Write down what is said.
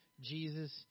Jesus